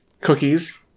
cookies